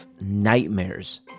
nightmares